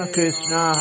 Krishna